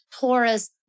Taurus